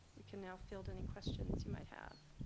we can now field any questions you might have.